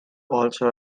also